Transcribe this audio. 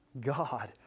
god